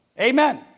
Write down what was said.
Amen